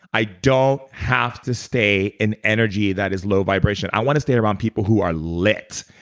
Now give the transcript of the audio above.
i don't have to stay in energy that is low vibration i want to stay around people who are lit.